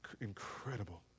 incredible